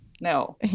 no